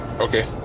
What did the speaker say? Okay